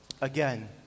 again